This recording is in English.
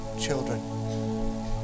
children